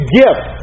gift